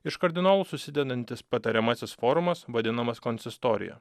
iš kardinolų susidedantis patariamasis forumas vadinamas konsistorija